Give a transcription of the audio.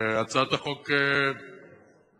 הצעת החוק שלנו,